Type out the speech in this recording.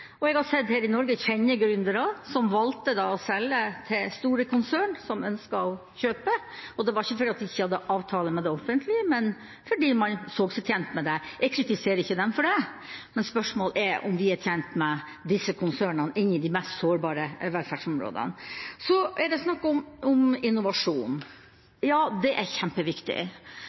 Her i Norge har jeg sett og kjenner gründere som har valgt å selge til store konsern som ønsket å kjøpe, og det var ikke fordi de ikke hadde avtale med det offentlige, men fordi man så seg tjent med det. Jeg kritiserer ikke dem for det, men spørsmålet er om vi er tjent med disse konsernene inn i de mest sårbare velferdsområdene. Så er det snakk om innovasjon. Ja, det er kjempeviktig.